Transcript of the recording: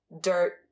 dirt